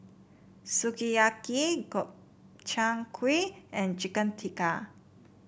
Sukiyaki Gobchang Gui and Chicken Tikka